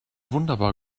wunderbar